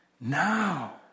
Now